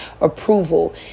approval